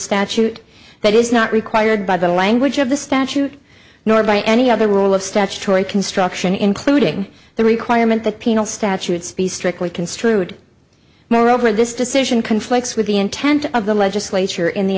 statute that is not required by the language of the statute nor by any other will of statutory construction including the requirement that penal statutes be strictly construed moreover this decision conflicts with the intent of the legislature in the